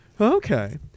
Okay